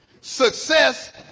Success